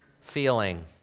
feeling